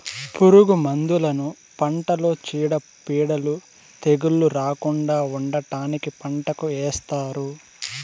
పురుగు మందులను పంటలో చీడపీడలు, తెగుళ్ళు రాకుండా ఉండటానికి పంటకు ఏస్తారు